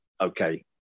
okay